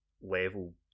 level